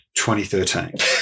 2013